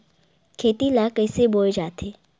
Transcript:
खेती ला कइसे बोय जाथे?